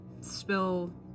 spill